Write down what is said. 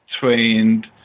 trained